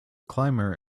climber